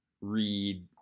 read